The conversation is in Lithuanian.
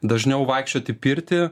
dažniau vaikščiot į pirtį